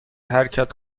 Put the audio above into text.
حرکت